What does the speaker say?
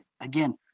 again